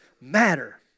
matter